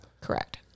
Correct